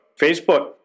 Facebook